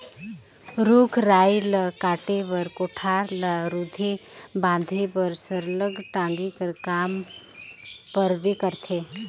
रूख राई ल काटे बर, कोठार ल रूधे बांधे बर सरलग टागी कर काम परबे करथे